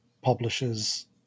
publishers